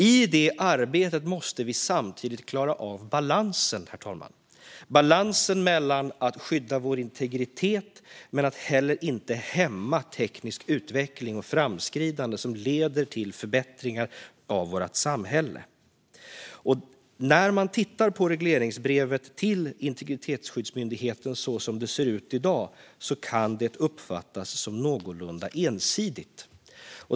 I det arbetet måste vi samtidigt klara av balansen mellan att skydda vår integritet och att inte hämma teknisk utveckling och framskridande som leder till förbättringar av vårt samhälle. Regleringsbrevet till Integritetsskyddsmyndigheten, så som det ser ut i dag, kan uppfattas som någorlunda ensidigt.